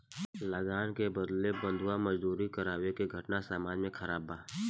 लगान के बदला में बंधुआ मजदूरी करावे के घटना समाज में खराब बा